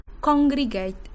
congregate